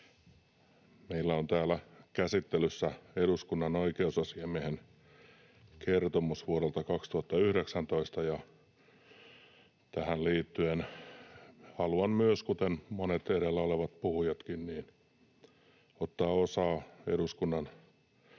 Meillä on täällä käsittelyssä eduskunnan oikeusasiamiehen kertomus vuodelta 2019, ja tähän liittyen haluan myös, kuten monet puhujat edellä, ottaa osaa Eduskunnan